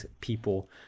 people